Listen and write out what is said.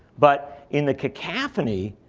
but in the cacophony,